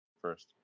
first